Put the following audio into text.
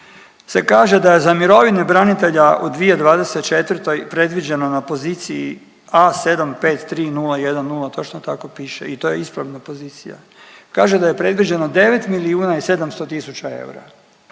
se kaže da je za mirovine branitelja u 2024. predviđeno na poziciji A753010 točno tako piše i to je ispravna pozicija. Kaže da je predviđeno 9 milijuna i 700 000 eura.